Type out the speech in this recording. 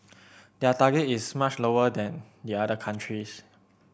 their target is much lower than the other countries